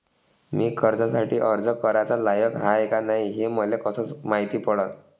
मी कर्जासाठी अर्ज कराचा लायक हाय का नाय हे मले कसं मायती पडन?